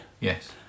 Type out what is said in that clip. yes